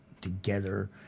together